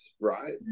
right